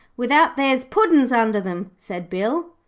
without there's puddin's under them said bill.